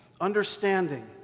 understanding